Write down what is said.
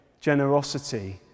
generosity